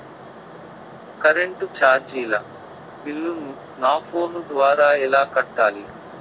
Current చార్జీల బిల్లును, నా ఫోను ద్వారా ఎలా కట్టాలి?